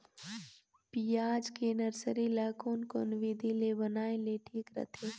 पियाज के नर्सरी ला कोन कोन विधि ले बनाय ले ठीक रथे?